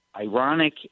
ironic